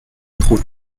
trop